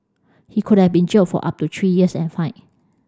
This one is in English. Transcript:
he could have been jailed for up to three years and fined